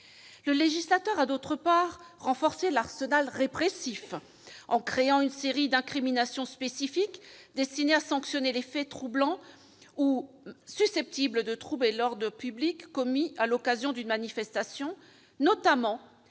le législateur a, de plus, renforcé l'arsenal répressif, en créant une série d'incriminations spécifiques destinées à sanctionner les faits troublant ou susceptibles de troubler l'ordre public commis à l'occasion d'une manifestation, notamment